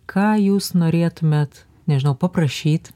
ką jūs norėtumėt nežinau paprašyt